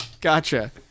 gotcha